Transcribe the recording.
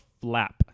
flap